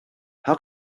how